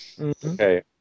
Okay